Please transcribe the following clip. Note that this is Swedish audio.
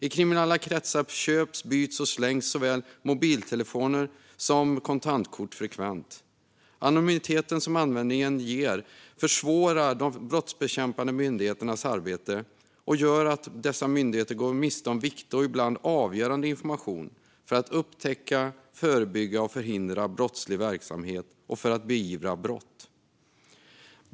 I kriminella kretsar köps, byts och slängs såväl mobiltelefoner som kontantkort frekvent. Den anonymitet som användningen av oregistrerade kontantkort medför försvårar de brottsbekämpande myndigheternas arbete och gör att myndigheterna går miste om viktig och ibland avgörande information för att upptäcka, förebygga och förhindra brottslig verksamhet och för att beivra brott.